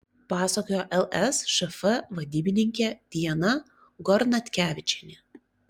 pasakojo lsšf vadybininkė diana gornatkevičienė